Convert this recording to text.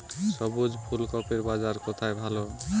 সবুজ ফুলকপির বাজার কোথায় ভালো?